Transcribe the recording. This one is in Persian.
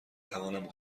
توانم